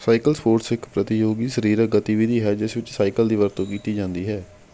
cycle sports ਇੱਕ ਪ੍ਰਤੀਯੋਗੀ ਸਰੀਰਕ ਗਤੀਵਿਧੀ ਹੈ ਜਿਸ ਵਿੱਚ ਸਾਈਕਲ ਦੀ ਵਰਤੋਂ ਕੀਤੀ ਜਾਂਦੀ ਹੈ